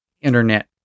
Internet